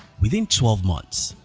within twelve months,